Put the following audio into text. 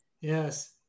Yes